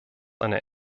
eine